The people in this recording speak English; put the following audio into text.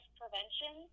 prevention